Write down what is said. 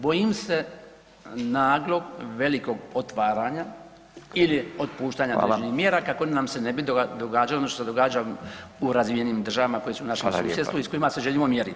Bojim se naglog velikog otvaranja ili otpuštanja određenih mjera kako nam se ne bi događalo ono što se događa u razvijenim državama koje su u našem susjedstvu i s kojima se želimo mjeriti.